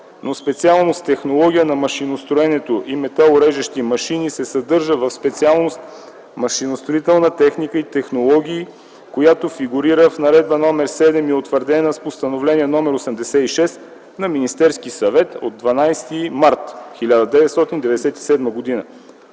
но специалност „Технология на машиностроенето и металорежещи машини” се съдържа в специалност „Машиностроителна техника и технологии”, която фигурира в Наредба № 7 и е утвърдена с Постановление № 86 на Министерския съвет от 12 март 1997 г.,